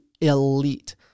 elite